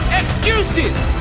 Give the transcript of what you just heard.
excuses